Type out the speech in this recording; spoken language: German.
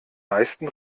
meisten